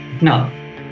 No